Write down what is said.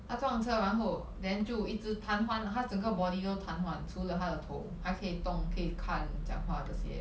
他撞车然后 then 就一直瘫痪他整个 body 都瘫痪除了他的头还可以动可以看讲话这些